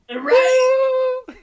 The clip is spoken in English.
Right